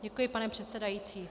Děkuji, pane předsedající.